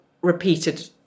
repeated